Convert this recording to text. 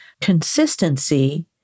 Consistency